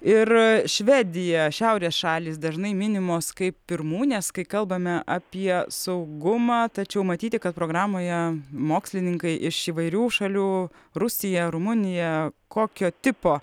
ir švedija šiaurės šalys dažnai minimos kaip pirmūnės kai kalbame apie saugumą tačiau matyti kad programoje mokslininkai iš įvairių šalių rusija rumunija kokio tipo